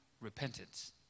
repentance